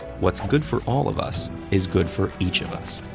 what's good for all of us is good for each of us.